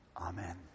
Amen